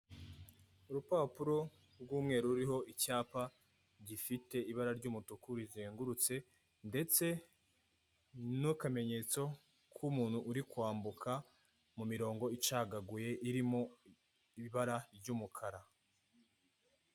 Urupapuro rw'umweru ruriho icyapa gifite ibara ry'umutuku rizengurutse ndetse n'akamenyetso k'umuntu uri kwambuka mu mirongo icagaguye irimo ibara ry'umukara.